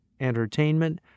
entertainment